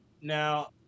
now